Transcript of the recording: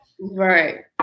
right